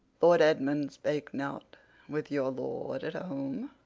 lord edmund spake not with your lord at home?